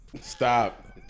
Stop